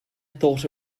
thought